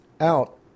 out